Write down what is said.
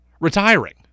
retiring